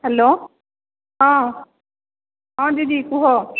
hello ହଁ ହଁ ଦିଦି କୁହ